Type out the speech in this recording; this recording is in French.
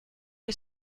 que